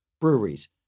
breweries